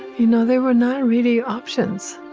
you know, there were no really options.